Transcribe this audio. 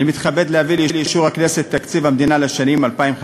אני מתכבד להביא לאישור הכנסת את תקציב המדינה לשנים 2015